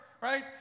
right